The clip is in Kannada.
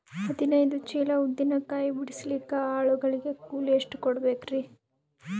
ಹದಿನೈದು ಚೀಲ ಉದ್ದಿನ ಕಾಯಿ ಬಿಡಸಲಿಕ ಆಳು ಗಳಿಗೆ ಕೂಲಿ ಎಷ್ಟು ಕೂಡಬೆಕರೀ?